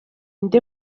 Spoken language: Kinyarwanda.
nde